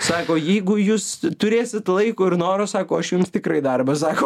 sako jeigu jūs turėsit laiko ir noro sako aš jums tikrai darbą sako